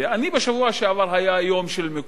בשבוע שעבר היה יום "מקורות".